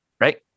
right